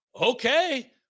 okay